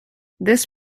this